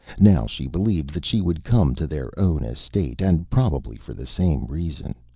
now she believed that she would come to their own estate, and probably for the same reason.